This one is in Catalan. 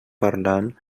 parlant